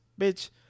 bitch